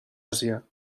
àsia